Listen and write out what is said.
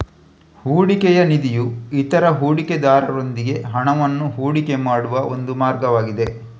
ಹೂಡಿಕೆಯ ನಿಧಿಯು ಇತರ ಹೂಡಿಕೆದಾರರೊಂದಿಗೆ ಹಣವನ್ನ ಹೂಡಿಕೆ ಮಾಡುವ ಒಂದು ಮಾರ್ಗವಾಗಿದೆ